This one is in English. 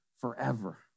forever